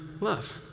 love